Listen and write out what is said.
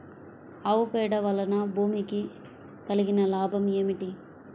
ఆవు పేడ వలన భూమికి కలిగిన లాభం ఏమిటి?